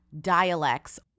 dialects